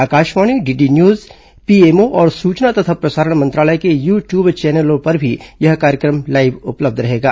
Akashvani DD news PMO और सूचना तथा प्रसारण मंत्रालय के यु ट्यूब चैनलों पर भी यह कार्यक्रम लाइव उपलब्ध रहेगा